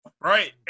Right